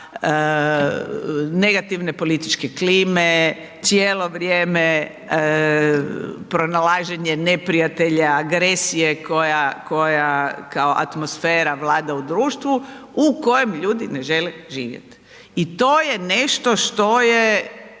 negativne političke klime, cijelo vrijeme pronalaženje neprijatelja, agresija koja kao atmosfera vlada u društvu u kojem ljudi ne žele živjeti i to je nešto što je